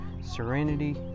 serenity